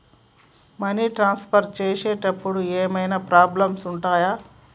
Money transfer చేసేటప్పుడు ఏమైనా problems ఉంటయా?